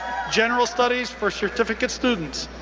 general studies for certificate students.